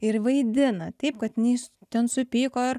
ir vaidina taip kad jinai ten supyko ir